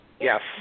Yes